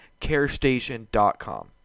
carestation.com